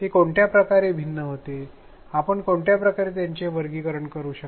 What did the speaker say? ते कोणत्या प्रकारे भिन्न होते आपण कोणत्या प्रकारे त्यांचे वर्गीकरण करू शकता